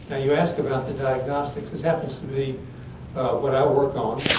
ah you ask about the diagnostics. this happens to be what i work on,